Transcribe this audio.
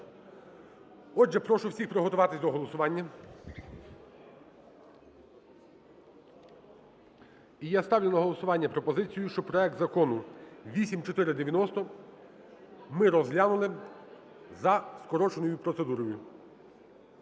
Отже, прошу всіх приготуватись до голосування. І я ставлю на голосування пропозицію, що проект Закону 8490 ми розглянули за скороченою процедурою.